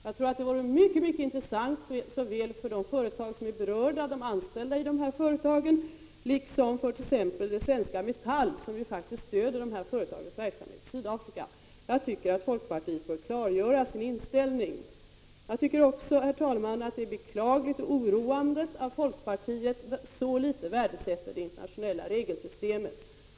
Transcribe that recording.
Ett klargörande från folkpartiet vore mycket intressant såväl för de berörda företagen och deras anställda som för t.ex. det svenska Metall, som ju faktiskt stöder dessa företags verksamhet i Sydafrika. Det är också, herr talman, beklagligt och oroande att folkpartiet så litet värdesätter det internationella regelsystemet.